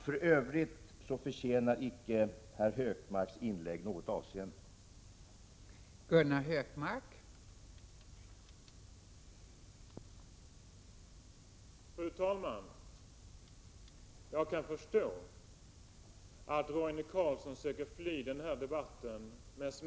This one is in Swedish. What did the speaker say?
För övrigt förtjänar inte herr Hökmarks inlägg att man fäster något avseende vid det.